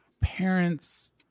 parents